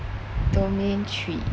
domain three